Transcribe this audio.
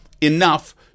enough